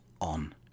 on